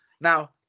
Now